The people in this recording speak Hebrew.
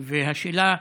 השאלה היא: